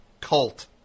cult